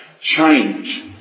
Change